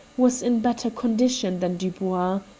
was in better condition than dubois.